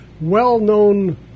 well-known